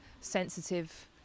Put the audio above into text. sensitive